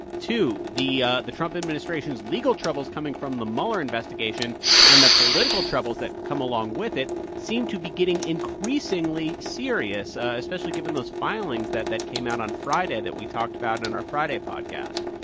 two the ah the trump administration's legal troubles coming from the mueller investigation and the political troubles that come along with it seem to be getting increasingly serious, especially given those filings that that came out on friday that we talked about in our friday podcast.